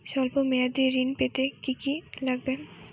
সল্প মেয়াদী ঋণ পেতে কি কি লাগবে?